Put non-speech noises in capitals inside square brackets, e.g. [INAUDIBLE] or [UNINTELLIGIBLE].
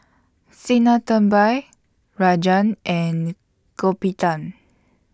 Sinnathamby Rajan and [UNINTELLIGIBLE]